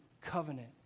covenant